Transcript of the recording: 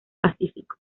pacífico